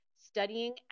studying